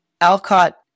Alcott